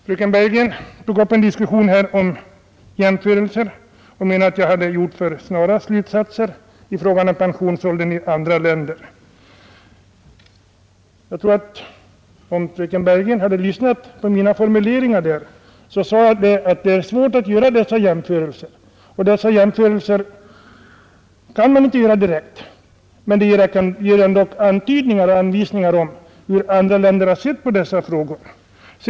Fröken Bergegren tog upp en diskussion om jämförelser med utlandet och menade att jag hade dragit för snara slutsatser i fråga om pensionsåldern i andra länder. Jag tror att om fröken Bergegren hade lyssnat på mina formuleringar, så skulle hon ha observerat att jag sade att det är svårt att göra dessa jämförelser och att man inte kan göra dem direkt. Men de ger ändock antydningar om hur andra länder har sett på dessa frågor.